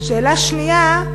שאלה שנייה,